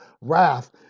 wrath